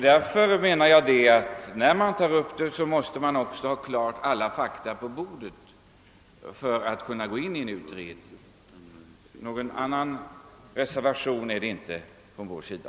Jag menar därför att när man tar upp dessa problem till utredning så måste man ha alla fakta klara för sig. Någon annan reservation är det inte från vår sida.